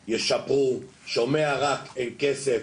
ישפרו, שומע רק, אין כסף,